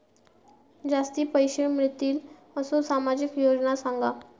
जास्ती पैशे मिळतील असो सामाजिक योजना सांगा?